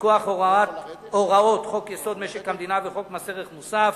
מכוח הוראות חוק-יסוד: משק המדינה וחוק מס ערך מוסף.